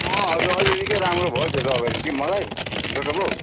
अँ हजुर अहिले निकै राम्रो भयो हौ त्यो दबाईले कि मलाई डाक्टर बाउ